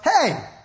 hey